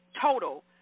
total